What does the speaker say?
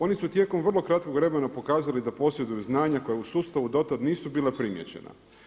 Oni su tijekom vrlo kratkog vremena pokazali da posjeduju znanja koja u sustavu do tada nisu bila primijećena.